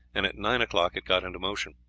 and at nine o'clock it got into motion.